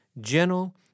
gentle